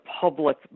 public